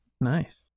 nice